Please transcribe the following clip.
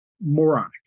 moronic